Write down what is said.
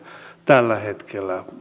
tällä hetkellä